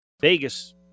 Vegas